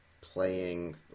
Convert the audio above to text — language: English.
playing